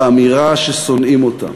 באמירה ששונאים אותם